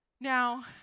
Now